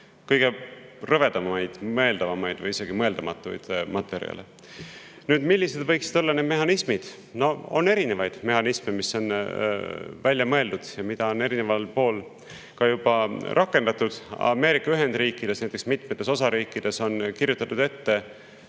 kõige rõvedamaid mõeldavaid või isegi mõeldamatuid materjale. Millised võiksid olla need mehhanismid? On erinevaid mehhanisme, mis on välja mõeldud ja mida on mitmel pool juba ka rakendatud. Ameerika Ühendriikides on mitmetes osariikides näiteks kirjutatud